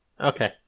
Okay